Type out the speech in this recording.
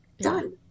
done